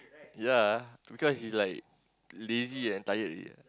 yea because it's like lazy and tired already